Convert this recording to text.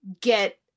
get